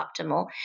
optimal